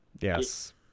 Yes